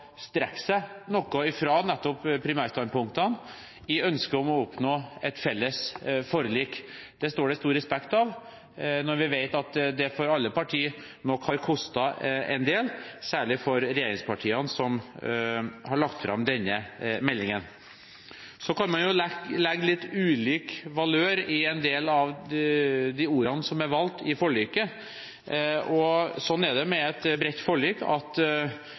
oppnå et felles forlik. Det står det stor respekt av når vi vet at det for alle partier nok har kostet en del, særlig for regjeringspartiene – det er jo regjeringen som har lagt fram denne meldingen. Så kan man jo legge litt ulik valør i en del av de ordene som er valgt i forliket, og sånn er det med et bredt forlik.